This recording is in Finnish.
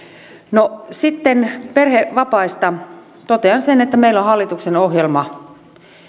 sitten perhevapaista totean sen että meillä on hallituksen ohjelma